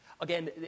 Again